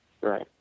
Right